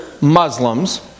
Muslims